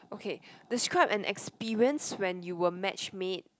okay describe an experience when you were match made